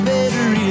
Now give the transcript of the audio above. Better